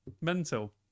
Mental